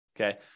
okay